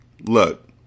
Look